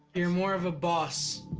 you're more of a boss.